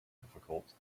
difficult